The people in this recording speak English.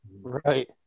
Right